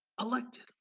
elected